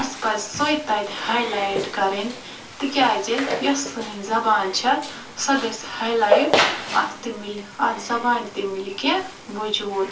اسہِ پَزِ سۄے تَتہِ ہایلایِٹ کَرٕنۍ تِکیٛازِ یۄس سٲنۍ زبان چھِ سۄ گژھہِ ہایلایِٹ اَتھ تہِ مِلہِ اَتھ زبانہِ تہِ مِلہِ کیٚنہہ وُجوٗد